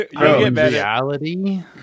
reality